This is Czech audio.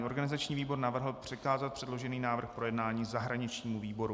Organizační výbor navrhl přikázat předložený návrh k projednání zahraničnímu výboru.